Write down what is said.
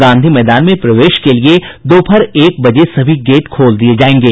गांधी मैदान में प्रवेश के लिए दोपहर एक बजे सभी गेट खोल दिये जायेंगे